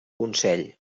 consell